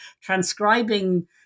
transcribing